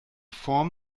form